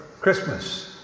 Christmas